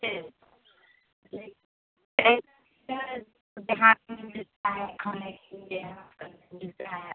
S नहीं ऐसा नहीं ध्यान रखता है खाने के लिए